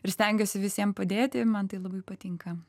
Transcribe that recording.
ir stengiuosi visiem padėti man tai labai patinka